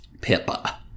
Pippa